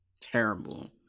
Terrible